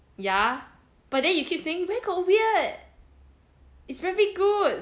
ya but then you keep saying where got weird it's very good